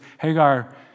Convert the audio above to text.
Hagar